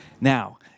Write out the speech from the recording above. Now